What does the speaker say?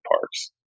parks